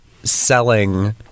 selling